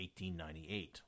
1898